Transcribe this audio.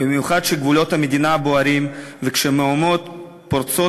במיוחד כשגבולות המדינה בוערים וכשמהומות פורצות